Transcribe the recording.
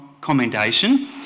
commendation